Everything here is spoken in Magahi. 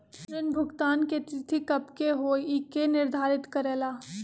ऋण भुगतान की तिथि कव के होई इ के निर्धारित करेला?